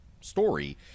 story